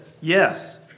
Yes